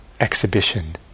exhibition